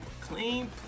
clean